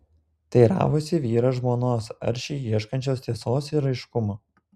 teiravosi vyras žmonos aršiai ieškančios tiesos ir aiškumo